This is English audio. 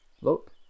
Look